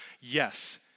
Yes